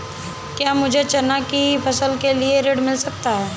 क्या मुझे चना की फसल के लिए ऋण मिल सकता है?